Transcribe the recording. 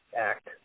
act